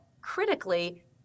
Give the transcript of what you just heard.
critically